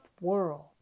world